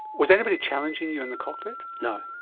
was anybody challenging you in the cockpit? no.